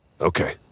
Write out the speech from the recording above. Okay